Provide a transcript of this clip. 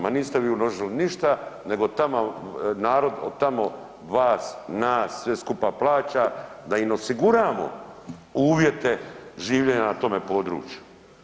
Ma niste vi uložili ništa, nego narod od tamo vas, nas sve skupa plaća da im osiguramo uvjete življenja na tome području.